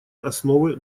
основы